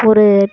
ஒரு